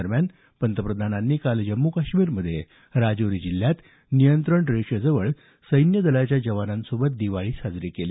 दरम्यान पंतप्रधानांनी काल जम्मू काश्मीरमध्ये राजौरी जिल्ह्यात नियंत्रण रेषेजवळ सैन्यदलाच्या जवानांसोबत दिवाळी साजरी केली